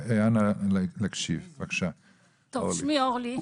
שמי אורלי,